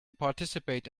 participate